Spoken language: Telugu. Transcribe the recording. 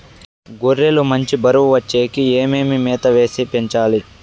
గొర్రె లు మంచి బరువు వచ్చేకి ఏమేమి మేత వేసి పెంచాలి?